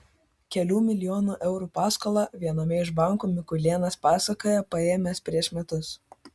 kelių milijonų eurų paskolą viename iš bankų mikulėnas pasakoja paėmęs prieš metus